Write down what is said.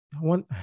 one